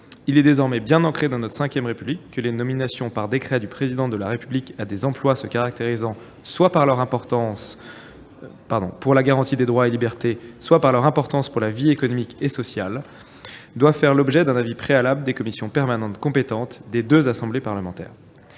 Il est désormais bien ancré dans notre V République que les nominations par décret du Président de la République à des emplois se caractérisant par leur importance, soit pour la garantie des droits et libertés, soit pour la vie économique et sociale, doivent faire l'objet d'un avis préalable des commissions permanentes compétentes des deux assemblées parlementaires.